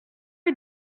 est